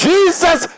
Jesus